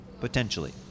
Potentially